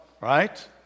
right